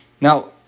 Now